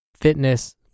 fitness